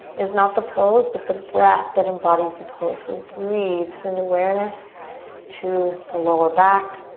is not the pose, but the breath that embodies the pose. so breathe. send awareness to the lower back.